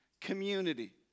community